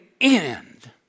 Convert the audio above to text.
end